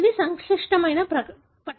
ఇది సంక్లిష్టమైన పట్టిక